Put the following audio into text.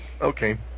Okay